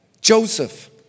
Joseph